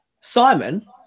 Simon